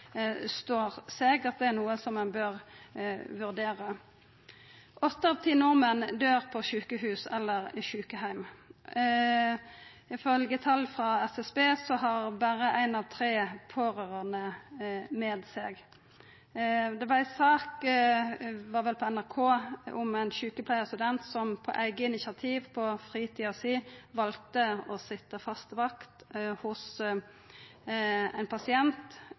står seg, og at det er noko ein bør vurdera. Åtte av ti nordmenn døyr på sjukehus eller i sjukeheim. Ifølgje tal frå SSB har berre éin av tre pårørande med seg. Det var ei sak – det var vel på NRK – om ein sjukepleiarstudent som på eige initiativ valde å sitja fast vakt hos ein pasient